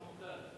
זה על חוק טל.